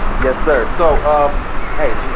yes, sir, so um hey,